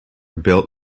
built